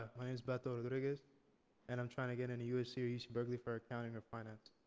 my name is berto rodriguez and i'm trying to get into usc or yeah uc-berkeley for accounting or finance,